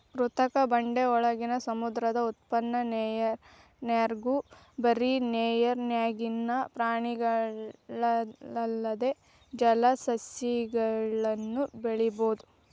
ಕೃತಕ ಬಂಡೆಯೊಳಗ, ಸಮುದ್ರದ ಉಪ್ಪನೇರ್ನ್ಯಾಗು ಬರಿ ನೇರಿನ್ಯಾಗಿನ ಪ್ರಾಣಿಗಲ್ಲದ ಜಲಸಸಿಗಳನ್ನು ಬೆಳಿಬೊದು